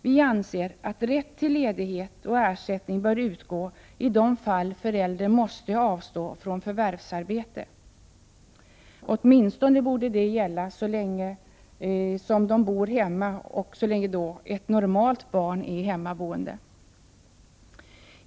Vi anser att man skall ha rätt till ledighet. Ersättning bör utgå i de fall föräldrar måste avstå från förvärvsarbete — åtminstone så länge barnet bor hemma och så länge ett normalt barn är hemmaboende.